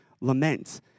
lament